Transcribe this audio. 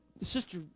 Sister